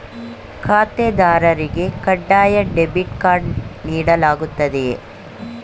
ಖಾತೆದಾರರಿಗೆ ಕಡ್ಡಾಯ debit card ನೀಡಲಾಗುತ್ತದೆಯೇ?